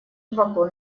вагон